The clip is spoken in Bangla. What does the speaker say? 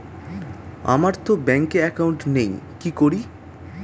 আমারতো ব্যাংকে একাউন্ট নেই কি করি?